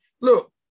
look